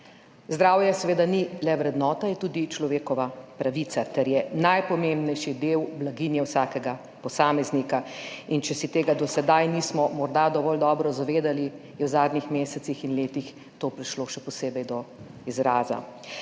Zdravje seveda ni le vrednota, je tudi človekova pravica ter najpomembnejši del blaginje vsakega posameznika. In če se tega do sedaj nismo morda dovolj dobro zavedali, je v zadnjih mesecih in letih to prišlo še posebej do izraza.